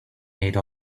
made